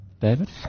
David